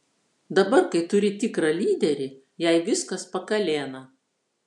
dabar kai turi tikrą lyderį jai viskas pakalėna